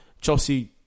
Chelsea